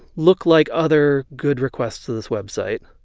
look like other good requests to this website?